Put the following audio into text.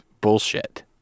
bullshit